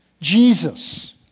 Jesus